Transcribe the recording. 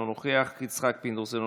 אינו